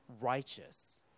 righteous